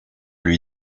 lui